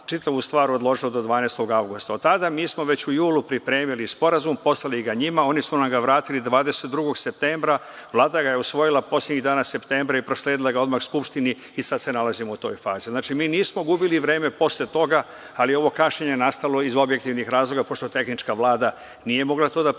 čitavu stvar odložilo do 12. avgusta. Od tada mi smo već u julu pripremili sporazum, poslali ga njima, oni su nam ga vratili 22. septembra. Vlada ga je usvojila poslednjih dana septembra i prosledila ga odmah Skupštini i sad se nalazimo u toj fazi. Znači, mi nismo gubili vreme posle toga, ali je ovo kašnjenje nastalo iz objektivnih razloga, pošto tehnička Vlada nije mogla to da predloži